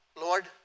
Lord